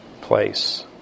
place